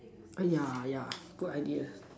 uh ya yeah good idea